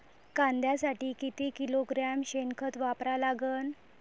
कांद्यासाठी किती किलोग्रॅम शेनखत वापरा लागन?